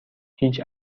هیچ